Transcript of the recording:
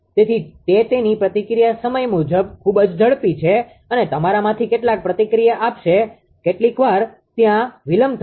તેથી તે તેની પ્રતિક્રિયા સમય ખૂબ જ ઝડપી છે અને તમારામાંથી કેટલાક પ્રતિક્રિયા આપશે કેટલીક વાર ત્યાં વિલંબ થશે